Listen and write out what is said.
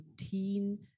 routine